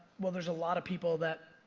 well, there's a lotta people that